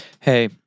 hey